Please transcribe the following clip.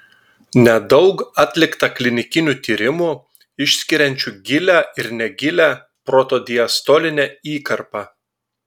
nedaug atlikta klinikinių tyrimų išskiriančių gilią ir negilią protodiastolinę įkarpą